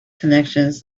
connections